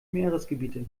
meeresgebiete